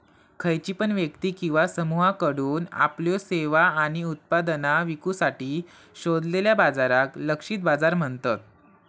खयची पण व्यक्ती किंवा समुहाकडुन आपल्यो सेवा आणि उत्पादना विकुसाठी शोधलेल्या बाजाराक लक्षित बाजार म्हणतत